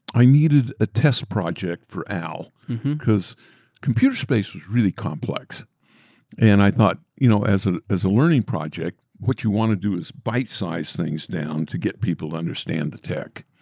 i needed a test project for al because computer space was really complex and i thought, you know as ah as a learning project, what you want to do is bite-size things down to get people to understand the tech.